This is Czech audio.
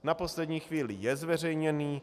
Na poslední chvíli je zveřejněný.